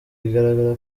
bigaragara